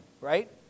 right